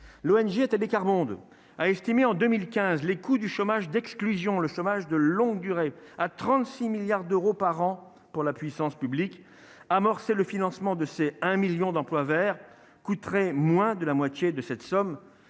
l'ONG ATD-Quart Monde, a estimé en 2015, les coûts du chômage, d'exclusion, le chômage de longue durée à 36 milliards d'euros par an pour la puissance publique amorcer le financement de c'est un 1000000 d'emplois verts coûterait moins de la moitié de cette somme,